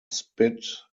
spit